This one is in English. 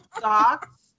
socks